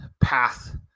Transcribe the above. path